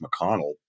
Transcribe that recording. McConnell